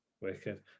Wicked